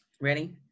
Ready